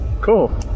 Cool